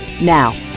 Now